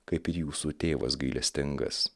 kaip ir jūsų tėvas gailestingas